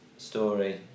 Story